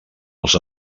els